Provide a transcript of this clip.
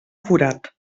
forat